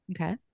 Okay